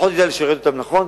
פחות יודע לשרת נכון.